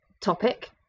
topic